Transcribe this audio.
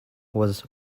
was